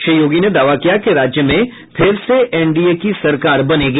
श्री योगी ने दावा किया कि राज्य में फिर से एनडीए की सरकार बनेगी